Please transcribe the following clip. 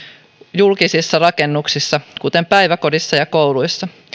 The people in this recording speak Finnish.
julkisissa rakennuksissa kuten päiväkodeissa ja kouluissa